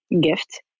gift